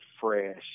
fresh